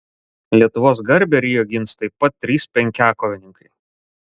lietuvos garbę rio gins taip pat trys penkiakovininkai